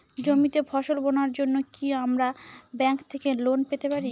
জমিতে ফসল বোনার জন্য কি আমরা ব্যঙ্ক থেকে লোন পেতে পারি?